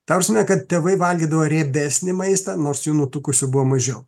ta prasme kad tėvai valgydavo riebesnį maistą nors jų nutukusių buvo mažiau